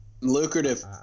Lucrative